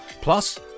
plus